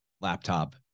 laptop